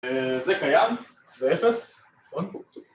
זה קיים, זה אפס, נכון